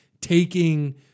taking